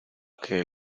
que